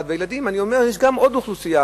אני אומר שיש גם עוד אוכלוסייה,